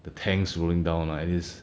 the tanks rolling down lah is